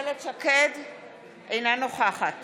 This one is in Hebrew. אינה נוכחת